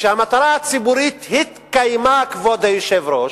וכשהמטרה הציבורית התקיימה, כבוד היושב-ראש,